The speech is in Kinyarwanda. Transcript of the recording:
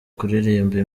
kuririmba